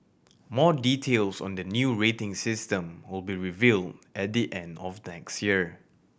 more details on the new rating system will be revealed at the end of next year